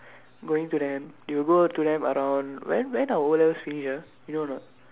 going to them they will go to them around when when our o-levels finish ah you know or not